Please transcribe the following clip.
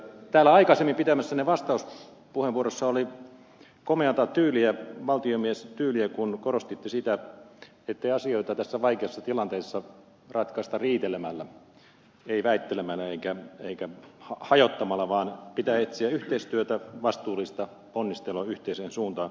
täällä aikaisemmin pitämässänne vastauspuheenvuorossa oli komeata tyyliä valtiomiestyyliä kun korostitte sitä ettei asioita tässä vaikeassa tilanteessa ratkaista riitelemällä ei väittelemällä eikä hajottamalla vaan pitää etsiä yhteistyötä vastuullista ponnistelua yhteiseen suuntaan